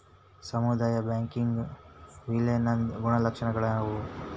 ಸಮುದಾಯ ಬ್ಯಾಂಕಿಂದ್ ವಿಲೇನದ್ ಗುಣಲಕ್ಷಣಗಳೇನದಾವು?